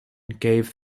gave